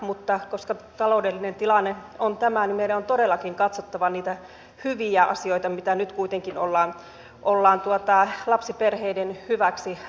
mutta koska taloudellinen tilanne on tämä niin meidän on todellakin katsottava niitä hyviä asioita mitä nyt kuitenkin ollaan lapsiperheiden hyväksi rakentamassa